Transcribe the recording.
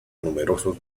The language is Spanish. numerosos